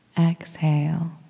exhale